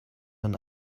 man